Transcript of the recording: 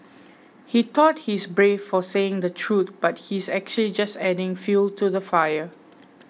he thought he's brave for saying the truth but he's actually just adding fuel to the fire